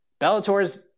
Bellator's